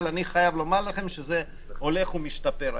אבל אני חייב לומר לכם שזה הולך ומשתפר.